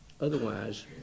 Otherwise